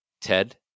Ted